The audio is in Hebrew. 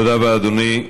תודה רבה, אדוני.